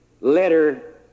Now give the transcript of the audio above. letter